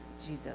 Jesus